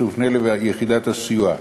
שתופנה ליחידת הסיוע,